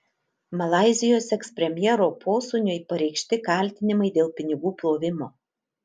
malaizijos ekspremjero posūniui pareikšti kaltinimai dėl pinigų plovimo